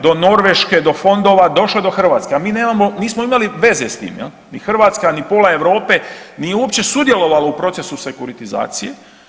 Do Norveške, do fondova, došlo je do Hrvatske a mi nismo imali veze s tim ni Hrvatska, ni pola Europe nije uopće sudjelovala u procesu sekuritizacije.